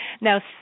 Now